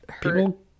people